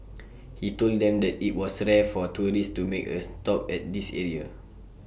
he told them that IT was Sara for tourists to make A stop at this area